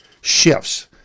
shifts